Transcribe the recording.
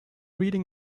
reading